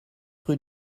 rue